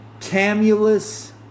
Camulus